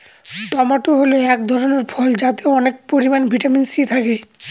tomato হল এক ধরনের ফল যাতে অনেক পরিমান ভিটামিন সি থাকে